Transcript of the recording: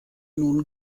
nun